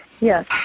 Yes